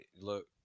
Look